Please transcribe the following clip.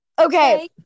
Okay